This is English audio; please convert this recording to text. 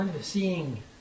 seeing